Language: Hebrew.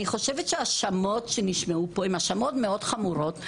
ההאשמות שנשמעו פה הן מאוד חמורות,